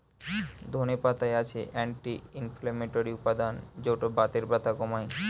ধনে পাতায় আছে অ্যান্টি ইনফ্লেমেটরি উপাদান যৌটা বাতের ব্যথা কমায়